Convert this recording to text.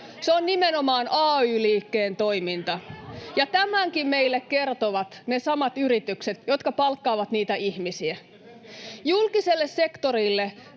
Se on nimenomaan ay-liikkeen toiminta. Ja tämänkin meille kertovat ne samat yritykset, jotka palkkaavat niitä ihmisiä. Julkiselle sektorille